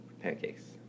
Pancakes